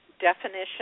definition